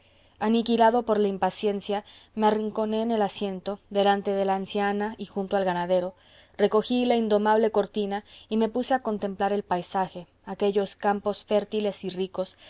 aniquilado por la impaciencia me arrinconé en el asiento delante de la anciana y junto al ganadero recogí la indomable cortina y me puse a contemplar el paisaje aquellos campos fértiles y ricos